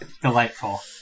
delightful